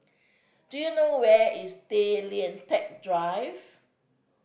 do you know where is Tay Lian Teck Drive